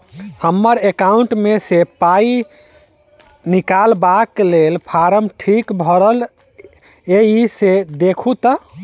हम्मर एकाउंट मे सऽ पाई निकालबाक लेल फार्म ठीक भरल येई सँ देखू तऽ?